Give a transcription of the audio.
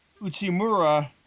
Uchimura